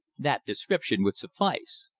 that description would suffice.